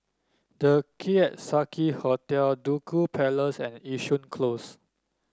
The Keong Saik Hotel Duku Place and Yishun Close